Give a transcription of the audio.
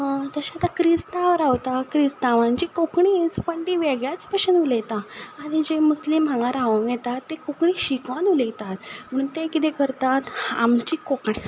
तशें आतां क्रिस्तांव रावता क्रिस्तांवांची कोंकणी पण ती वेगळ्याच भशेन उलयता आनी जे मुस्लीम हांगा रावूंक येता ते कोंकणी शिकून उलयता म्हणून ते किदें करतात आमची कोंकणी